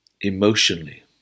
emotionally